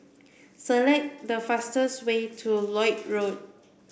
select the fastest way to Lloyd Road